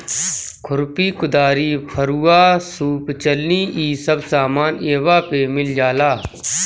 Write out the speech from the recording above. खुरपी, कुदारी, फरूहा, सूप चलनी इ सब सामान इहवा पे मिल जाला